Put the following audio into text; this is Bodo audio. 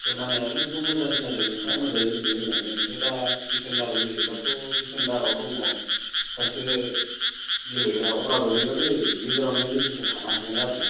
खोनालायालाय नोंखौ मोजां खोनादों नोंथाङा मोजाङै गेलेयो होननानै ओमफ्राय दा डिफेन्दाराव गेलेबाथ' डिफेन्दाराव दङ सासे गेलेग्रा अब्लाबो नोङो बे गेजेराव मेन डिफेन्साव थानो हागोन आरोना